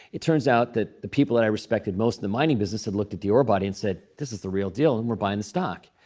it turns out that the people that i respected most in the mining business had looked at the ore body and said, this is the real deal and we're buying the stock.